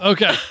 Okay